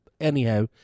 anyhow